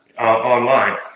online